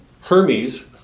Hermes